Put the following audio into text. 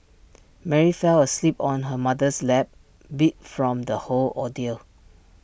Mary fell asleep on her mother's lap beat from the whole ordeal